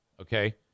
Okay